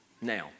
Now